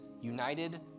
united